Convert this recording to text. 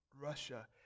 Russia